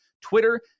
twitter